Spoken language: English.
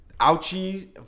Ouchie